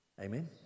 Amen